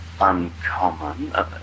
Uncommon